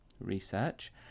research